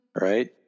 Right